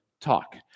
talk